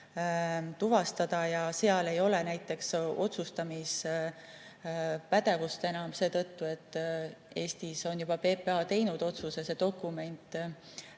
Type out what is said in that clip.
anda. Seal ei ole näiteks otsustamispädevust enam seetõttu, et Eestis on juba PPA teinud otsuse see dokument